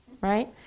right